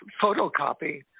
photocopy